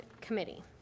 Committee